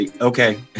Okay